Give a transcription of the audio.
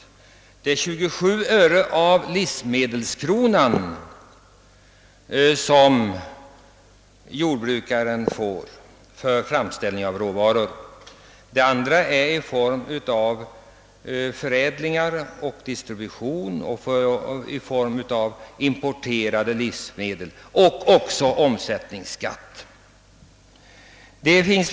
Men jordbrukarna får 27 öre av livsmedelskronan för framställning av råvaror. Det andra utgår i form av förädling och distribution och i form av importerade livsmedel. Vidare är omsättningsskatten inräknad.